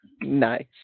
Nice